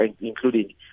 including